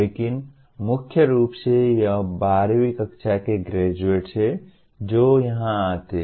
लेकिन मुख्य रूप से यह 12 वीं कक्षा के ग्रेजुएट्स हैं जो यहां आते हैं